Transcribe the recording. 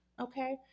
Okay